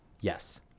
Yes